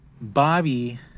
Bobby